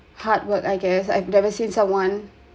hard work I guess I've never seen someone